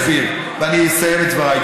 אם תיתן לי לסיים אני אסביר ואני אסיים את דבריי,